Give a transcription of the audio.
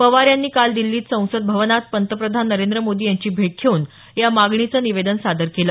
पवार यांनी काल दिल्लीत संसद भवनात पंतप्रधान नरेंद्र मोदी यांची भेट घेऊन या मागणीचं निवेदन सादर केलं